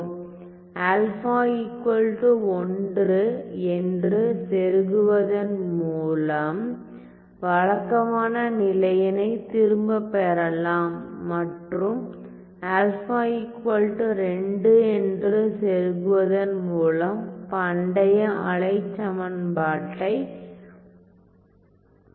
α 1 என்று செருகுவதன் மூலம் வழக்கமான நிலையினை திரும்பப் பெறலாம் மற்றும் α 2 என்று செருகுவதன் மூலம் பண்டைய அலை சமன்பாட்டைப் பெறலாம்